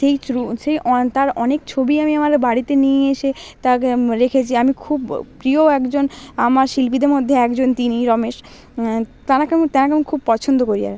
সেই চ্রু সেই তার অনেক ছবি আমি আমাদের বাড়িতে নিয়ে এসে তাকে রেখেছি আমি খুব প্রিয় একজন আমার শিল্পীদের মধ্যে একজন তিনি রমেশ তেনাকে আমি তেনাকে আমি খুব পছন্দ করি আর